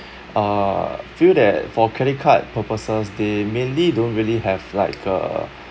uh feel that for credit card purposes they mainly don't really have like a